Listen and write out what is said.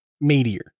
meteor